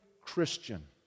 Christian